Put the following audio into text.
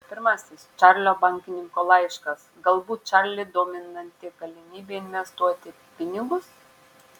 pirmasis čarlio bankininko laiškas galbūt čarlį dominanti galimybė investuoti pinigus